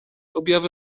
objawy